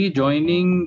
joining